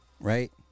Right